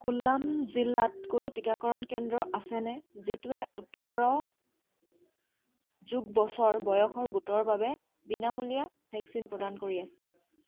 কোল্লাম জিলাত কোনো টীকাকৰণ কেন্দ্ৰ আছেনে যিটোৱে ওঠৰ যোগ বছৰ বয়সৰ গোটৰ বাবে বিনামূলীয়া ভেকচিন প্ৰদান কৰি আছে